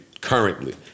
currently